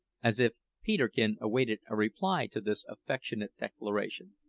as if peterkin awaited a reply to this affectionate declaration.